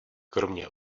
kromě